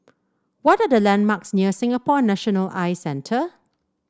what are the landmarks near Singapore National Eye Centre